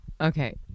Okay